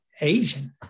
Asian